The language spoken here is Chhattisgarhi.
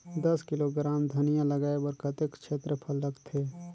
दस किलोग्राम धनिया लगाय बर कतेक क्षेत्रफल लगथे?